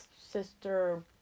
sister